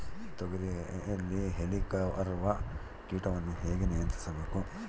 ತೋಗರಿಯಲ್ಲಿ ಹೇಲಿಕವರ್ಪ ಕೇಟವನ್ನು ಹೇಗೆ ನಿಯಂತ್ರಿಸಬೇಕು?